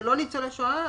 זה לא ניצולי שואה.